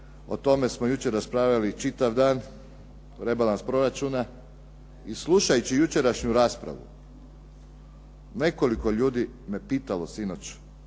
o tome smo jučer raspravljali čitav dan, rebalans proračuna. I slušajući jučerašnju raspravu, nekoliko ljudi me pitalo sinoć